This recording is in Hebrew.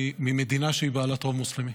וממדינה שהיא בעלת רוב מוסלמי.